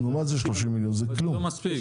זה כלום.